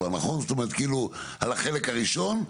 על החלק הראשון,